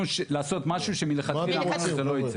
לעשות משהו שמלכתחילה אמרנו שזה לא ייצא.